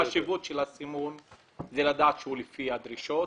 החשיבות של הסימון היא כדי לדעת שהוא לפי הדרישות